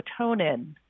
melatonin